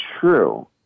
true